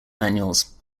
manuals